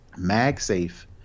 MagSafe